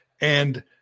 And-